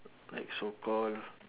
like so call